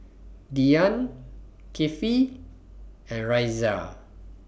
Dian Kifli and Raisya